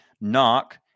Knock